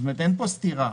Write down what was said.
כלומר אין פה סתירה.